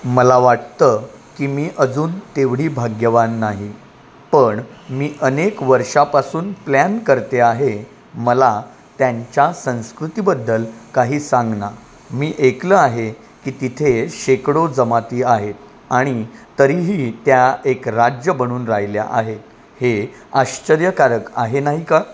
मला वाटतं की मी अजून तेवढी भाग्यवान नाही पण मी अनेक वर्षापासून प्लॅन करते आहे मला त्यांच्या संस्कृतीबद्दल काही सांगना मी ऐकलं आहे की तिथे शेकडो जमाती आहेत आणि तरीही त्या एक राज्य बनून राहिल्या आहेत हे आश्चर्यकारक आहे नाही का